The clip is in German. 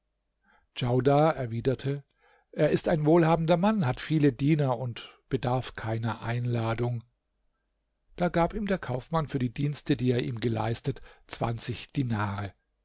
djaudar erwiderte er ist ein wohlhabender mann hat viele diener und bedarf keiner einladung da gab ihm der kaufmann für die dienste die er ihm geleistet zwanzig dinare